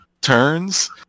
turns